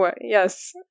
Yes